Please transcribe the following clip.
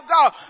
God